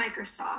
Microsoft